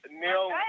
Neil